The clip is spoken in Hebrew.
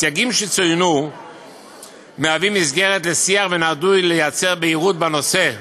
הסייגים שצוינו מהווים מסגרת לשיח ונועדו לייצר בהירות בנושא.